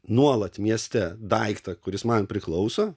nuolat mieste daiktą kuris man priklauso